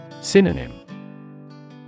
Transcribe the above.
Synonym